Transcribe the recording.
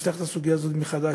לפתוח את הסוגיה הזאת מחדש.